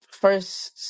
first